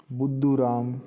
Budhuram